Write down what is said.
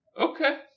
Okay